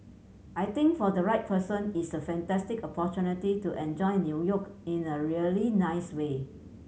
I think for the right person it's a fantastic opportunity to enjoy New York in the really nice way